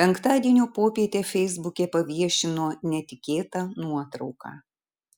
penktadienio popietę feisbuke paviešino netikėtą nuotrauką